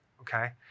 Okay